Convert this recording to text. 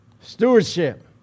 Stewardship